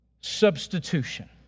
substitution